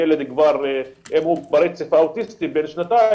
אם הילד הוא ברצף האוטיסטי בן שנתיים,